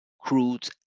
crude